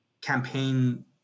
campaign